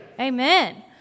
Amen